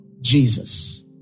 Jesus